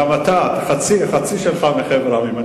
חצי שלך מחבר העמים.